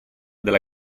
della